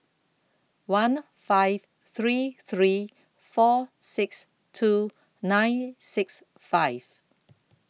one five three three four six two nine six five